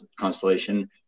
constellation